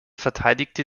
verteidigte